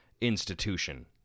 institution